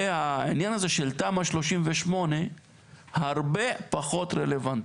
והעניין הזה של תמ"א 38 הרבה פחות רלוונטי.